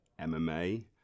MMA